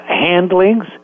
handlings